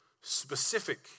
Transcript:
specific